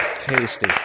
tasty